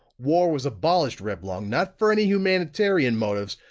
war was abolished, reblong, not for any humanitarian motives,